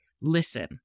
listen